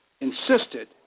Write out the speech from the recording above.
insisted